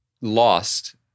Lost